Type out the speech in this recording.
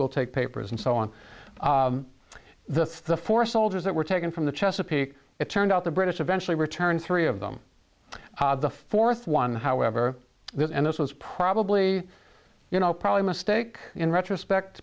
will take papers and so on the four soldiers that were taken from the chesapeake it turned out the british eventually returned three of them the fourth one however that and this was probably you know probably a mistake in retrospect